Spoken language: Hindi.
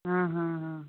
हाँ हाँ हाँ